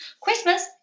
Christmas